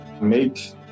make